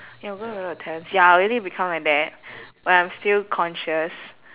the girl with all the talents ya I'll really become like that when I'm still conscious